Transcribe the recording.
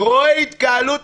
יראה התקהלות,